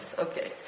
okay